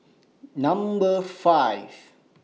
Number five